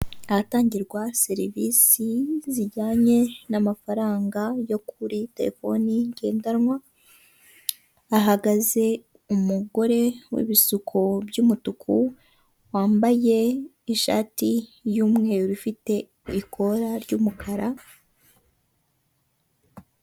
Ahatangirwa serivisi zijyanye n'amafaranga yo kuri terefoni ngendanwa hahagaze umugore w'ibisuko by'umutuku wambaye ishati y'umweru ifite ikora ry'umukara.